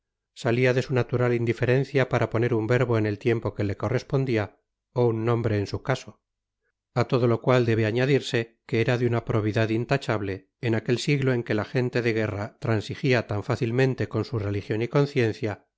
salía de su natural indiferencia para poner un verbo en el tiempo que le correspondia ó un nombre en su caso á todo lo cual debe eñadirse que era de una probidad intachable en aquel siglo en que la gen le de guerra transigía tan fácilmente con su religion y conciencia